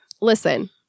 Listen